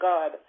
God